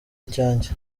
icyanjye